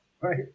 right